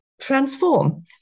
transform